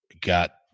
got